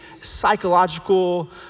psychological